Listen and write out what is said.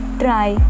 try